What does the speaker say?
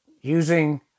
using